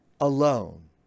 alone